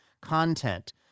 content